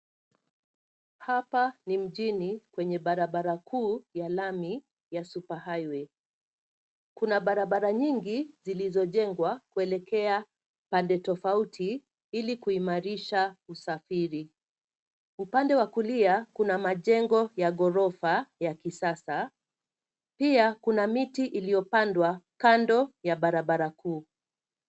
Hapa ni mjini kwenye barabara kuu ya lami ya super highway. Kuna barabara nyingi zilizojengwa kuelekea pande tofauti ili kuimarisha usafiri. Upande wa kulia kuna majengo ya ghorofa ya kisasa. Pia kuna miti iliyopandwa kando ya barabara kuu.